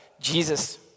Jesus